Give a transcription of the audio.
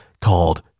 called